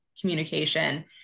communication